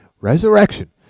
Resurrection